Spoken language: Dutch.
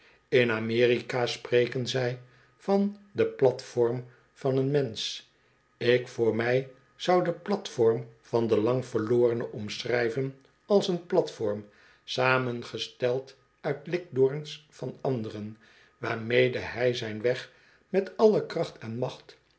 in amerika spreken zij van den platform van een mensch ik voor mij zou den platform van den lang verlorene omschrijven als een platform samengesteld uit de likdoorns van anderen waarmede hij zijn weg met alle kracht en macht